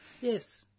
Yes